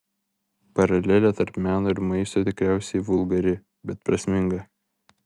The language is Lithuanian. paralelė tarp meno ir maisto tikriausiai vulgari bet prasminga